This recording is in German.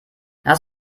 hast